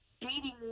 dating